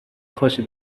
خوشی